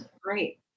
great